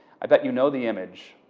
i bet you know the image.